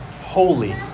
holy